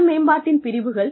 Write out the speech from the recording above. சுய மேம்பாட்டின் பிரிவுகள்